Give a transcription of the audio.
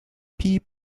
piep